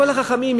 מכל החכמים,